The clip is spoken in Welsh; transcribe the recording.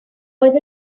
oedd